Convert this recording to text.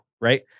right